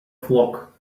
flock